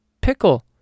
pickle